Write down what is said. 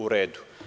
U redu.